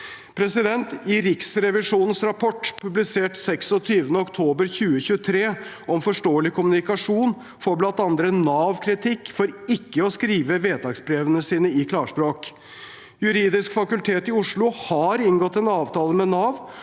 avtalepart? I Riksrevisjonens rapport publisert 26. oktober 2023 om forståelig kommunikasjon får blant andre Nav kritikk for ikke å skrive vedtaksbrevene sine i klarspråk. Juridisk fakultet i Oslo har inngått en avtale med Nav